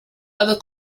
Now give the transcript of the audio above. other